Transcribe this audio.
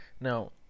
Now